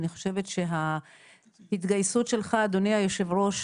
אני חושבת שההתגייסות שלך אדוני יושב הראש